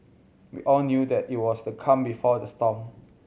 we all knew that it was the calm before the storm